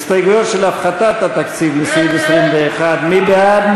הסתייגויות של הפחתת התקציב בסעיף 21, מי בעד?